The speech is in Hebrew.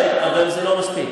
כן, אבל זה לא מספיק.